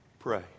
Pray